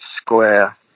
square